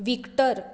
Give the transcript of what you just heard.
Victor